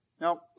Now